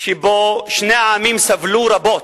שבו שני העמים סבלו רבות,